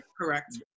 correct